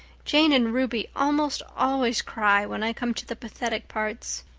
jane and ruby almost always cry when i come to the pathetic parts.